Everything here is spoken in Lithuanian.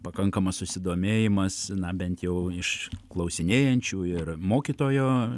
pakankamas susidomėjimas na bent jau iš klausinėjančių ir mokytojo